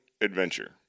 adventure